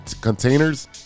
containers